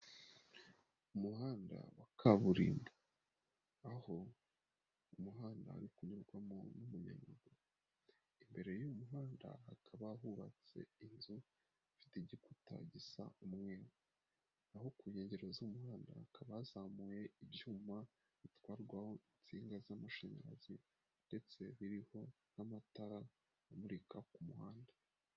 Umuhanda wa kaburimbo, aho umuhanda uri kunyurwamo n'umunyamaguru, imbere y'uy'umuhanda hakaba hubatse inzu ifite igikuta gisa umweru. Aho ku nkengero z'umuhanda hazamuye ibyuma bitwarwaho insinga z'amashanyarazi ndetse biriho n'amatara amurika ku muhanda.